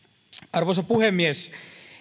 arvoisa puhemies